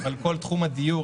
על כל תחום הדיור,